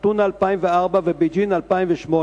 אתונה 2004 ובייג'ין 2008,